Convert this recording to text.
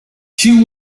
she